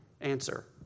Answer